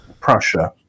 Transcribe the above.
Prussia